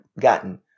gotten